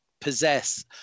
possess